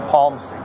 Palms